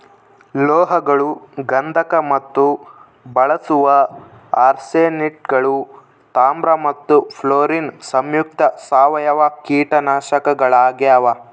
ಲೋಹಗಳು ಗಂಧಕ ಮತ್ತು ಬಳಸುವ ಆರ್ಸೆನೇಟ್ಗಳು ತಾಮ್ರ ಮತ್ತು ಫ್ಲೋರಿನ್ ಸಂಯುಕ್ತ ಸಾವಯವ ಕೀಟನಾಶಕಗಳಾಗ್ಯಾವ